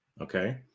okay